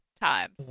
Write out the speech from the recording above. time